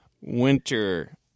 Winter